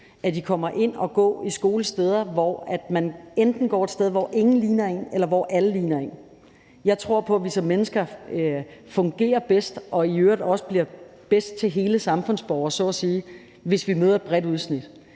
at de enten kommer til at gå i en skole, hvor ingen ligner en, eller hvor alle ligner en. Jeg tror på, at vi som mennesker fungerer bedst, og i øvrigt også bedst bliver til hele samfundsborgere så at sige, hvis vi møder et bredt udsnit